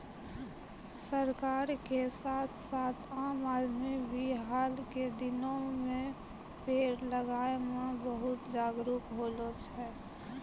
सरकार के साथ साथ आम आदमी भी हाल के दिनों मॅ पेड़ लगाय मॅ बहुत जागरूक होलो छै